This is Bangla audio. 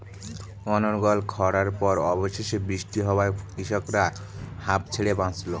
অনর্গল খড়ার পর অবশেষে বৃষ্টি হওয়ায় কৃষকরা হাঁফ ছেড়ে বাঁচল